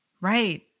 Right